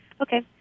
Okay